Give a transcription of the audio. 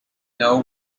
know